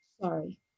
sorry